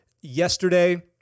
yesterday